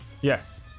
Yes